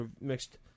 mixed